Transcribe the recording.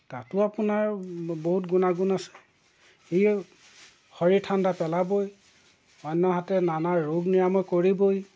তাতো আপোনাৰ বহুত গুণাগুণ আছে ই শৰীৰ ঠাণ্ডা পেলাবই অন্যহাতে নানা ৰোগ নিৰাময় কৰিবই